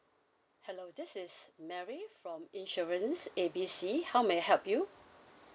hello this is mary from insurance A B C how may I help you